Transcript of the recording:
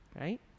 right